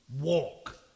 walk